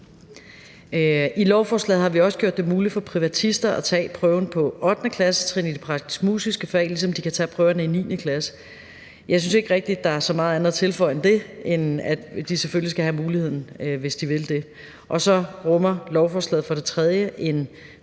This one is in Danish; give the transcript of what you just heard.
I lovforslaget har vi også gjort det muligt for privatister at tage prøven på 8. klassetrin i de praktisk-musiske fag, ligesom de kan tage prøverne i 9. klasse. Jeg synes ikke rigtig, der er så meget andet at tilføje end det, at de selvfølgelig skal have muligheden, hvis de vil det. Så rummer lovforslaget for det tredje en